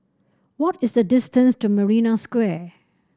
what is the distance to Marina Square